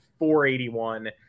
481